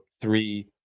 three